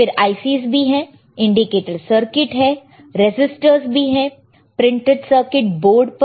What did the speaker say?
फिर IC's भी हैं इंडिकेटर सर्किट रजिस्टरस भी है प्रिंटेड सर्किट बोर्ड पर